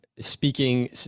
speaking